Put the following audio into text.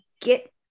get